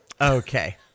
Okay